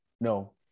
No